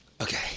Okay